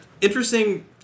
interesting